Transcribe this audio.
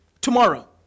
tomorrow